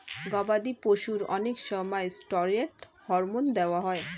গবাদি পশুর অনেক সময় স্টেরয়েড হরমোন দেওয়া হয়